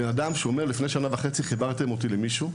אנחנו מקבלים טלפון מאדם שאומר שלפני שנה וחצי חיברנו אותו למישהו,